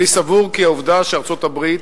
אני סבור כי העובדה שארצות-הברית